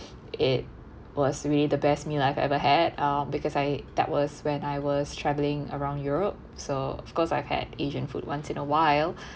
it was really the best meal I've ever had um because I that was when I was travelling around europe so of course I've had asian food once in a while